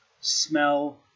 smell